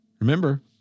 remember